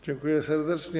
Dziękuję serdecznie.